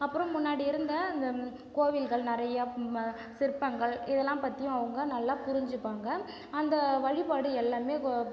அப்புறம் முன்னாடி இருந்த அந்த கோவில்கள் நிறைய சிற்பங்கள் இதெல்லாம் பற்றியும் அவங்க நல்லா புரிஞ்சிப்பாங்க அந்த வழிபாடு எல்லாமே கோ